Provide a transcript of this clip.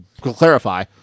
clarify